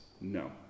no